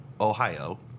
Ohio